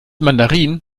mandarin